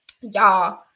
y'all